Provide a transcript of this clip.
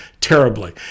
terribly